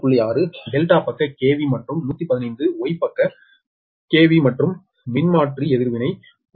6 Δ பக்க KV மற்றும் 115 Y பக்க KV மற்றும் மின்மாற்றி எதிர்வினை 0